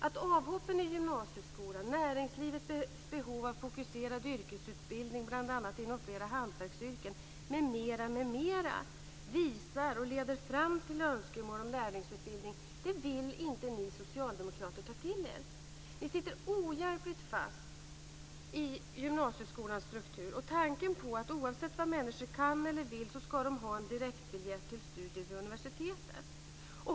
Att avhoppen från gymnasieskolan, näringslivets behov av fokuserad yrkesutbildning bl.a. inom flera hantverksyrken m.m. visar och leder fram till önskemål om lärlingsutbildning vill inte ni socialdemokrater ta till er. Ni sitter ohjälpligt fast i gymnasieskolans struktur, i tanken på att oavsett vad människor kan eller vill ska de ha en direktbiljett till studier vid universitetet.